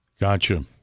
Gotcha